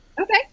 Okay